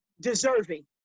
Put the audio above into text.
deserving